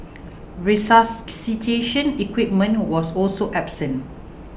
resuscitation equipment was also absent